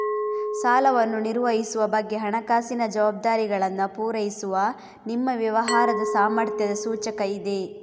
ಸಾಲವನ್ನು ನಿರ್ವಹಿಸುವ ಬಗ್ಗೆ ಹಣಕಾಸಿನ ಜವಾಬ್ದಾರಿಗಳನ್ನ ಪೂರೈಸುವ ನಿಮ್ಮ ವ್ಯವಹಾರದ ಸಾಮರ್ಥ್ಯದ ಸೂಚಕ ಇದೆ